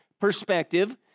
perspective